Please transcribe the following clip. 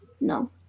No